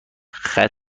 ختم